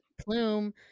plume